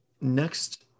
next